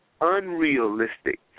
unrealistic